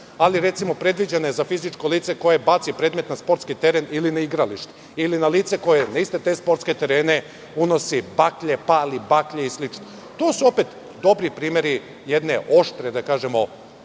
ali recimo, predviđena je za fizičko lice koje baci predmet na sportski teren ili na igralište ili na lice koje na iste te sportske terene unosi baklje, pali baklje i slično. To su opet dobri primeri jedne oštre, da kažemo,